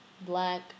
black